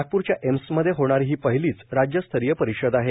नागपूरच्या एम्समध्ये होणारी ही पहिलीच राज्यस्तरीय परिषद आहे